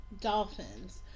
dolphins